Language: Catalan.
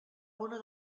una